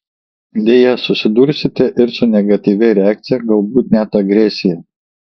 deja susidursite ir su negatyvia reakcija galbūt net agresija